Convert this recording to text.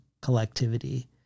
collectivity